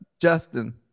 Justin